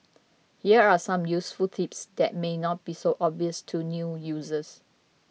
here are some useful tips that may not be so obvious to new users